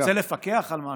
כשאתה רוצה לפקח על משהו,